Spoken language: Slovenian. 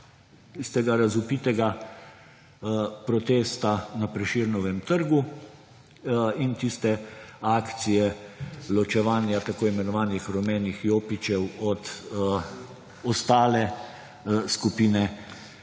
tistega razvpitega protesta na Prešernovem trgu in tiste akcije ločevanja tako imenovanih rumenih jopičev od ostale skupine